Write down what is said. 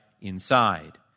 inside